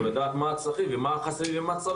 לדעת מה הצרכים ומה החוסרים.